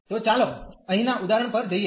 તો ચાલો અહીંનાં ઉદાહરણ પર જઈએ